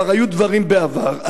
וכבר היו דברים בעבר,